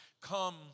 come